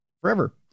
forever